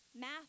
math